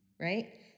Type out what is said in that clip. right